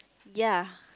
ya